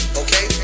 okay